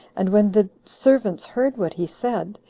and when the servants heard what he said,